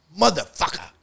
Motherfucker